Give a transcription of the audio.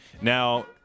Now